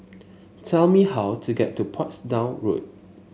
tell me how to get to Portsdown Road